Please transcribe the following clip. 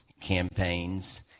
campaigns